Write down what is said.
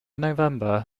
november